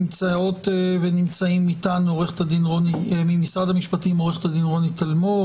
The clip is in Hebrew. נמצאות ונמצאים איתנו ממשרד המשפטים עורכת הדין רוני טלמור,